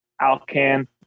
Alcan